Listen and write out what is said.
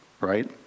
right